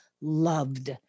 loved